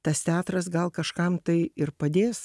tas teatras gal kažkam tai ir padės